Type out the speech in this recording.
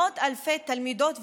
ממאות אלפי תלמידות ותלמידים.